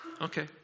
Okay